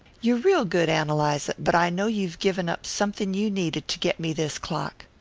you're real good, ann eliza but i know you've given up something you needed to get me this clock.